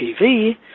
TV